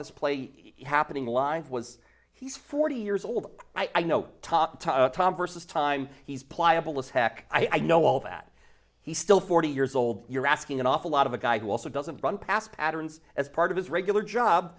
this play happening line was he's forty years old i know tom versus time he's pliable as heck i know all that he's still forty years old you're asking an awful lot of a guy who also doesn't run pass patterns as part of his regular job